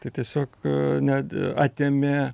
tai tiesiog net atėmė